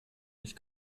mich